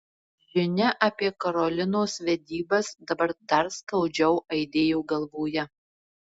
žinia apie karolinos vedybas dabar dar skaudžiau aidėjo galvoje